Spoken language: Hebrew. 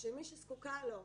שמי שזקוקה לו,